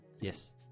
Yes